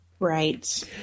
Right